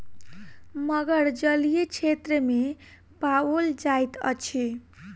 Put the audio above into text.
मगर जलीय क्षेत्र में पाओल जाइत अछि